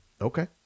Okay